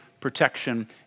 protection